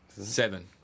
Seven